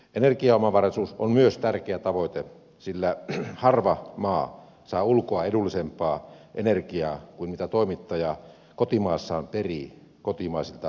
energiaomavaraisuus on myös tärkeä tavoite sillä harva maa saa ulkoa edullisempaa energiaa kuin mitä toimittaja kotimaassaan perii kotimaiselta asiakkaaltaan